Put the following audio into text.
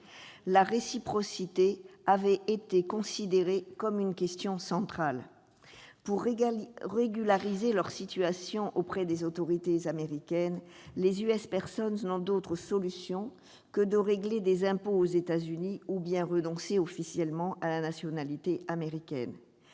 la réciprocité était considérée comme une « question centrale ». Pour régulariser leur situation auprès des autorités américaines, les «» n'ont d'autre solution que de régler des impôts aux États-Unis ou de renoncer officiellement à la nationalité américaine.